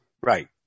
Right